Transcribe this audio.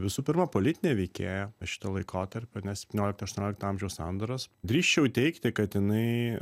visų pirma politinė veikėja šito laikotarpio septyniolikto aštuoniolikto amžiaus sandūros drįsčiau teigti kad jinai